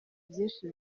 byinshi